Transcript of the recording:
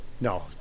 No